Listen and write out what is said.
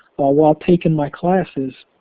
while while taking my classes,